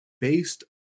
based